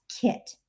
kit